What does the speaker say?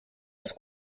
els